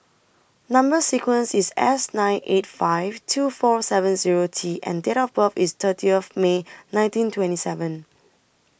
Number sequence IS S nine eight five two four seven Zero T and Date of birth IS thirty of May nineteen twenty seven